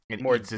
More